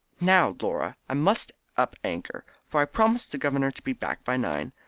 now, laura, i must up anchor, for i promised the governor to be back by nine.